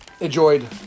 enjoyed